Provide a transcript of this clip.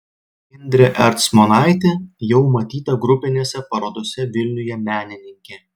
indrė ercmonaitė jau matyta grupinėse parodose vilniuje menininkė